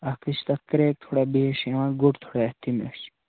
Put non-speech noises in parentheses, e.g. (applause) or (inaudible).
اَکھ حظ چھِ تَتھ کرٛیک تھوڑا بیٚیہِ حظ چھِ یِوان گوٚٹ تھوڑا اَتھِ تٔمۍ (unintelligible)